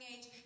age